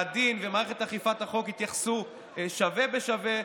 שהדין ומערכת אכיפת החוק יתייחסו שווה בשווה,